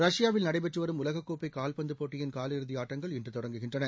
ரஷ்யாவில் நடைபெற்று வரும் உலகக்கோப்பை கால்பந்து போட்டியின் காலிறுதி ஆட்டங்கள் இன்று தொடங்குகின்றன